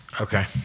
Okay